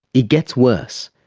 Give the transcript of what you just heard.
it gets worse.